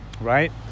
right